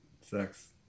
sex